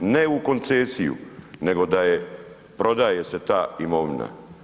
Ne u koncesiju, nego da je prodaje se ta imovina.